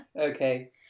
okay